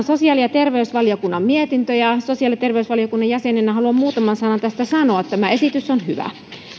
sosiaali ja terveysvaliokunnan mietintö ja sosiaali ja terveysvaliokunnan jäsenenä haluan muutaman sanan tästä sanoa tämä esitys on hyvä